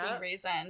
reason